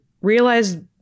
realize